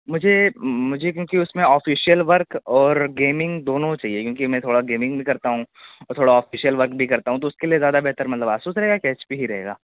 مجھے مجھے کیونکہ اس میں آفیشیل ورک اور گیمنگ دونوں چہیے کیونکہ میں تھوڑا گیمنگ بھی کرتا ہوں اور تھوڑا آفیشیل ورک بھی کرتا ہوں تو اس کے لیے زیادہ بہتر مطلب اسوس رہے گا کہ ایچ پی ہی رہے گا